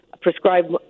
prescribe